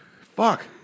Fuck